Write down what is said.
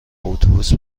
اتوبوس